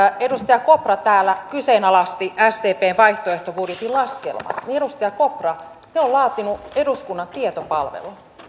edustaja kopra täällä kyseenalaisti sdpn vaihtoehtobudjetin laskelmat edustaja kopra ne on laatinut eduskunnan tietopalvelu